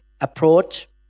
approach